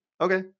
okay